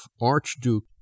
Archduke